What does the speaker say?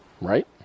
right